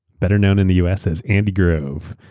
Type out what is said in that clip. better known in the us as andy grove,